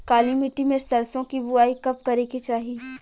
काली मिट्टी में सरसों के बुआई कब करे के चाही?